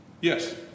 Yes